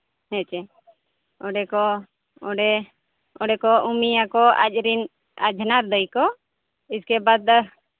ᱦᱮᱸᱪᱮ ᱚᱸᱰᱮ ᱠᱚ ᱚᱸᱰᱮ ᱚᱸᱰᱮ ᱠᱚ ᱩᱢᱟᱭᱟᱠᱚ ᱟᱡ ᱨᱮᱱ ᱟᱡᱷᱱᱟᱨ ᱫᱟᱹᱭ ᱠᱚ ᱤᱥᱠᱮᱵᱟᱫ